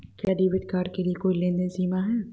क्या debit card के लिए कोई लेनदेन सीमा है?